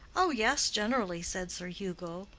oh yes, generally, said sir hugo.